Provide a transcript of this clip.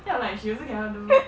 then I'm like she also cannot do